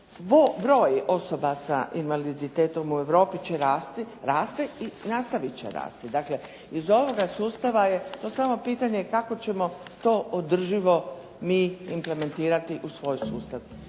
broj osoba sa invaliditetom u Europi će rasti, raste i nastaviti će rasti. Dakle, iz ovoga sustava je, no samo pitanje kako ćemo to održivo mi implementirati u svoj sustav.